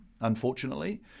unfortunately